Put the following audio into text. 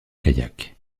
kayak